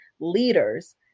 leaders